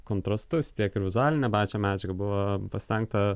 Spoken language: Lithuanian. kontrastus tiek ir vizualinę pačią medžiagą buvo pasistengta